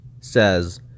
Says